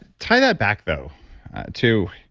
tie that back though to,